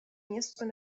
يسكن